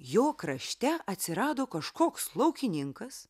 jo krašte atsirado kažkoks laukininkas